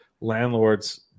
landlords